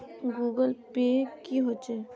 Google Pay की होचे?